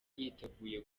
yiteguye